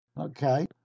Okay